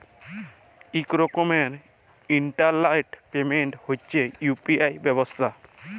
ইক রকমের ইলটারলেট পেমেল্ট হছে ইউ.পি.আই ব্যবস্থা